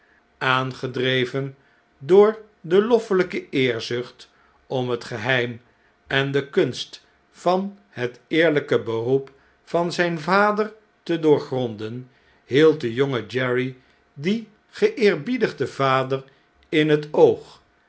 aangedreveu door de loffelh'ke eerzucht om het geheim en de kunst van het eerlijke beroep van zijn vader te doorgronden hield de jonge jerry dien geeerbiedigden vader in het oog